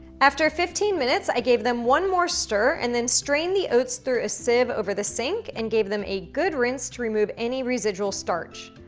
after fifteen minutes, i gave them one more stir and then strained the oats through a sieve over the sink and gave them a good rinse to remove any residual starch.